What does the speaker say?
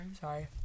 Sorry